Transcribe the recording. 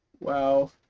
Wow